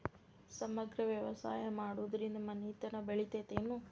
ಸಮಗ್ರ ವ್ಯವಸಾಯ ಮಾಡುದ್ರಿಂದ ಮನಿತನ ಬೇಳಿತೈತೇನು?